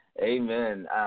Amen